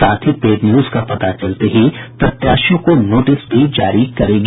साथ ही paid news का पता चलते ही प्रत्याशियों को नोटिस भी जारी करेगी